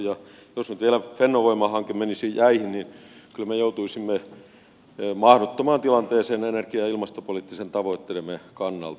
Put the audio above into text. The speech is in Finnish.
jos nyt vielä fennovoima hanke menisi jäihin niin kyllä me joutuisimme mahdottomaan tilanteeseen energia ja ilmastopoliittisten tavoitteidemme kannalta